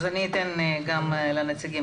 אתן גם לנציגים